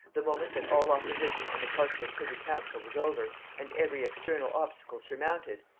the moment that all opposition on the part of her privy-council was over, and every external obstacle surmounted,